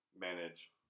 manage